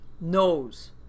knows